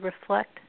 reflect